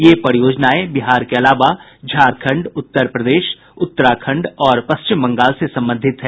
ये परियोजनाएं बिहार के अलावा झारखंड उत्तर प्रदेश उत्तराखंड और पश्चिम बंगाल से संबंधित है